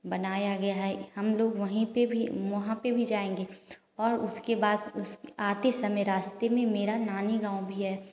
बनाया गया है हम लोग वहीं पर भी वहाँ पे भी जाएंगे और उसके बाद आते समय रास्ते में मेरा नानी गाँव भी है